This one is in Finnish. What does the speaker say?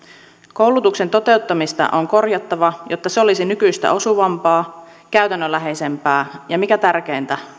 koulutuksen toteuttamista on korjattava jotta se olisi nykyistä osuvampaa käytännönläheisempää ja mikä tärkeintä